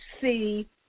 see